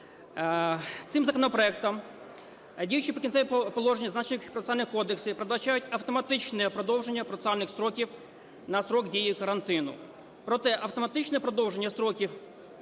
Цим законопроектом діючі "Прикінцеві положення" зазначених процесуальних кодексів передбачають автоматичне продовження процесуальних строків на строк дії карантину.